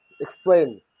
explain